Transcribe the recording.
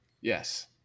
Yes